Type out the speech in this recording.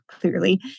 clearly